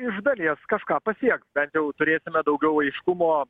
iš dalies kažką pasieks bent jau turėsime daugiau aiškumo